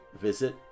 visit